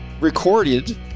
recorded